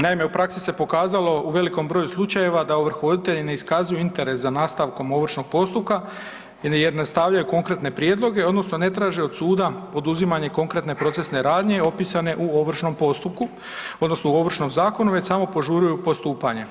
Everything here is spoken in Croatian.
Naime, u praksi se pokazalo u velikom broju slučajeva da ovrhovoditelji ne iskazuju interes za nastavkom ovršnog postupka je ne stavljaju konkretne prijedloge odnosno ne traže od suda poduzimanje konkretne procesne radnje opisane u ovršnom postupku odnosno u Ovršnom zakonu već samo požuruju postupanje.